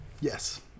yes